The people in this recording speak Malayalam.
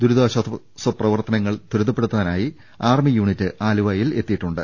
ദുരി താശ്ചാസ പ്രവർത്തനങ്ങൾ ത്രിതപ്പെടുത്തുന്നതിനായി ആർമി യൂണിറ്റ് ആലുവയിൽ എത്തിയിട്ടുണ്ട്